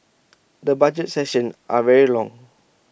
the budget sessions are very long